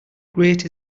great